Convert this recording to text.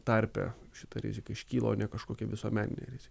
tarpe šita rizika iškilo ne kažkokia visuomeninė rizika